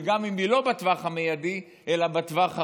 וגם אם זה לא בטווח המיידי אלא בטווח הרחוק.